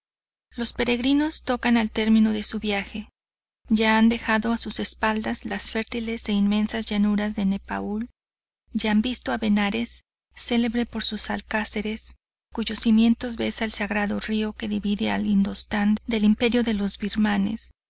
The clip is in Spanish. los peregrinos tocan al termino de su viaje ya han dejado a sus espaldas las fértiles e inmensas llanuras de nepaul ya han visto a benares celebre por sus alcázares cuyos cimientos besa el sagrado río que divide al indostán del imperio de los birmanes